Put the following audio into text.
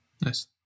Nice